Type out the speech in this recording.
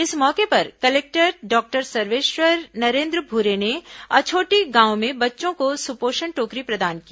इस मौके पर कलेक्टर डॉक्टर सर्वेश्वर नरेन्द्र भूरे ने अछोटी गांव में बच्चों को सुपोषण टोकरी प्रदान की